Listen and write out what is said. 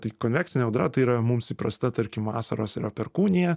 tai konvekcinė audra tai yra mums įprasta tarkim vasaros yra perkūnija